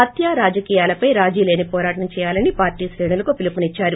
హిత్యా రాజకీయాలపై రాజీలేని పోరాటం చేయాలని పార్లీ శ్రేణులకు పిలుపునిద్సారు